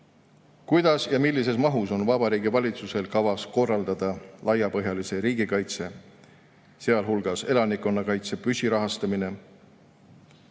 "Kuidas ja millises mahus on Vabariigi Valitsusel kavas korraldada laiapõhjalise riigikaitse, sealhulgas elanikkonnakaitse püsirahastamine?"